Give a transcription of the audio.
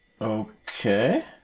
Okay